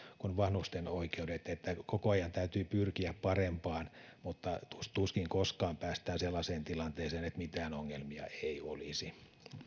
vanhusten oikeudet että koko ajan täytyy pyrkiä parempaan mutta tuskin koskaan päästään sellaiseen tilanteeseen että mitään ongelmia ei olisi